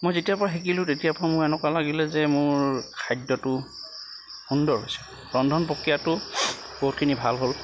মই যেতিয়াৰ পৰা শিকিলোঁ তেতিয়াৰ পৰা মোৰ এনেকুৱাকে লাগিলে যেন মোৰ খাদ্যটো সুন্দৰ হৈছে ৰন্ধন প্ৰক্ৰিয়াটো বহুতখিনি ভাল হ'ল